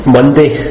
Monday